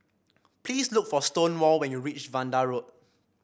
please look for Stonewall when you reach Vanda Road